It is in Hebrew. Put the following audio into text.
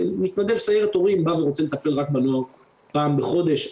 מתנדב סיירת הורים בא ורוצה לטפל רק בנוער פעם בחודש,